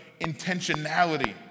intentionality